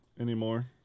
anymore